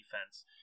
defense